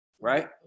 right